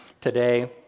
today